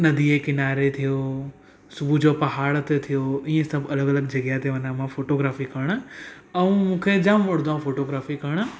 नंदीअ जे किनारे थियो सुबुह जो पहाड़ ते थियो इहे सभु अलॻि अलॻि जॻह ते वञा मां फोटोग्राफी करण ऐं मूंखे जाम वणदो आहे फोटोग्राफी करण